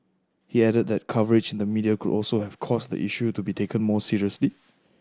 he added that coverage in the media could also have caused the issue to be taken more seriously